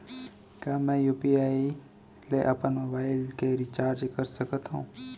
का मैं यू.पी.आई ले अपन मोबाइल के रिचार्ज कर सकथव?